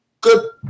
good